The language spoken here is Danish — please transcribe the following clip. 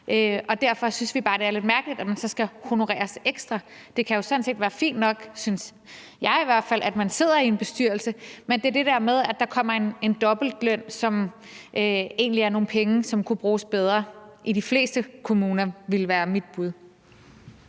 Og derfor synes vi bare, det er lidt mærkeligt, at man så skal honoreres ekstra. Det kan jo sådan set være fint nok, synes jeg i hvert fald, at man sidder i en bestyrelse. Men det er det der med, at der kommer en dobbeltløn, som egentlig er nogle penge, der kunne bruges bedre, i de fleste kommuner. Det ville være mit bud.